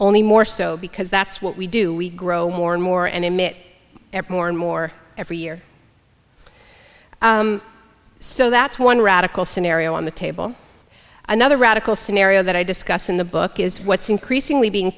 only more so because that's what we do we grow more and more and emit more and more every year so that's one radical scenario on the table another radical scenario that i discuss in the book is what's increasingly being